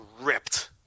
ripped